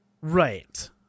right